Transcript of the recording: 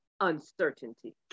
uncertainty